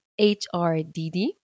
HRDD